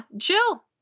chill